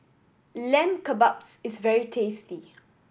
Lamb Kebabs is very tasty